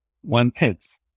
one-tenth